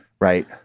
Right